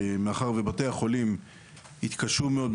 מאחר ובתי החולים יתקשו מאוד,